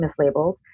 mislabeled